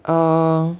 um